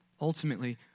Ultimately